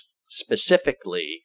specifically